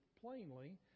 plainly